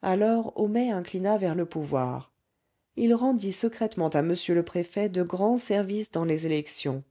alors homais inclina vers le pouvoir il rendit secrètement à m le préfet de grands services dans les élections